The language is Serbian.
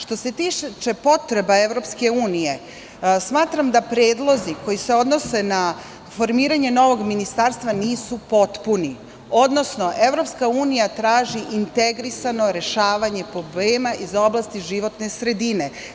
Što se tiče potreba EU, smatram da predlozi koji se odnose na formiranje novog ministarstva nisu potpuni, odnosno EU traži integrisano rešavanje problema iz oblasti životne sredine.